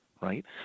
right